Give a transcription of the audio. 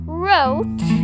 wrote